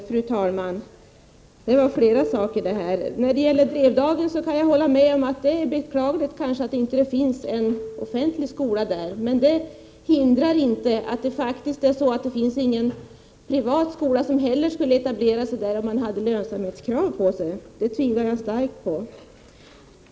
Fru talman! När det gäller Drevdagen kan jag hålla med om att det kanske är beklagligt att det inte finns en offentlig skola där. Men det hindrar inte att någon privat skola inte heller skulle etablera sig där, om den hade lönsamhetskrav på sig. Jag tvivlar starkt på att så skulle ske.